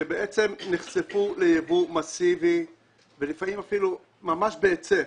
שבעצם נחשפו ליבוא מסיבי ולפעמים אפילו ממש בהיצף,